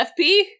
FP